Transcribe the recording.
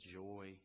joy